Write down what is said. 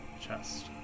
chest